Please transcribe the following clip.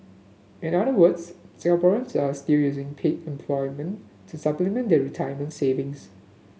in other words Singaporeans are still using paid employment to supplement their retirement savings